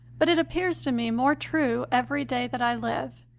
but it appears to me more true every day that i live,